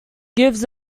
gives